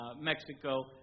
Mexico